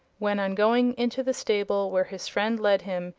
when, on going into the stable where his friend led him,